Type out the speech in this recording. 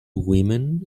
women